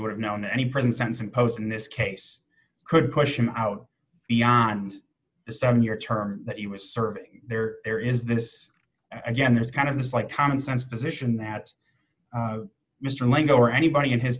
would have known any prison sentence and post in this case could question out beyond the seven year term that he was serving there there is this again there's kind of this like common sense position that mr lang or anybody in his